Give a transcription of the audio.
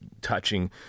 touching